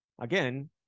again